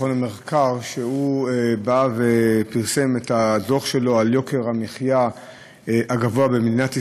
מכון המחקר שפרסם את הדוח שלו על יוקר המחיה הגבוה במדינת ישראל,